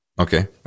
Okay